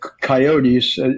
coyotes